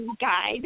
guide